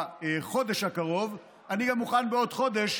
בחודש הקרוב, אני אהיה מוכן בעוד חודש